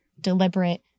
deliberate